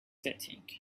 setting